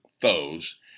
foes